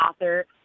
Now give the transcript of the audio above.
author